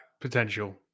potential